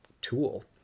tool